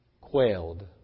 quailed